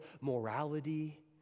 morality